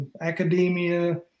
academia